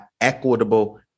equitable